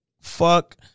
Fuck